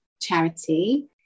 charity